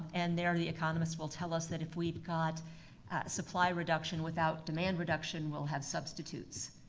and there the economists will tell us that if we've got supply reduction without demand reduction, we'll have substitutes.